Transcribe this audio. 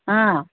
ಹಾಂ